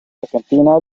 argentina